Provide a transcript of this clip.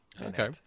Okay